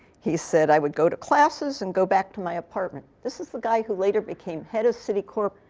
he said i would go to classes and go back to my apartment. this is the guy who later became head of citicorp,